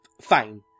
fine